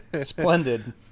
Splendid